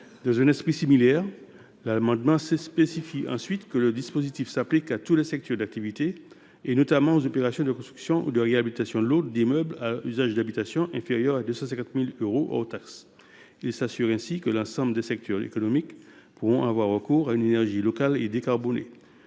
Dans un esprit similaire, nous précisons ensuite que le dispositif s’applique à tous les secteurs d’activité, notamment aux opérations de construction ou de réhabilitation lourde d’immeubles à usage d’habitation d’un montant inférieur à 250 000 euros hors taxes. Il s’agit de garantir que l’ensemble des secteurs économiques pourront recourir à une énergie locale et décarbonée.